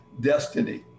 destiny